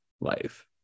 life